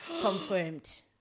confirmed